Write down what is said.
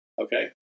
Okay